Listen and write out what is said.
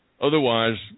Otherwise